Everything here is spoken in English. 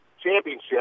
Championship